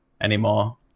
anymore